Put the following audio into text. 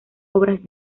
obras